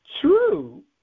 true